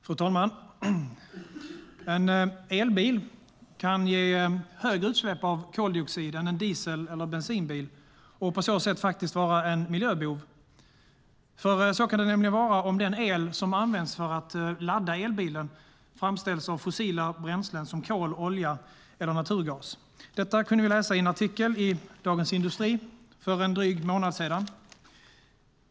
Fru talman! En elbil kan ge högre utsläpp av koldioxid än en diesel eller bensinbil och på så sätt faktiskt vara en miljöbov. Så kan det nämligen vara om den el som används för att ladda elbilen framställs av fossila bränslen som kol, olja eller naturgas. Det kunde vi läsa i en artikel i Dagens Industri för en dryg månad sedan.